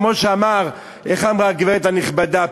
איך אמרה הגברת הנכבדה?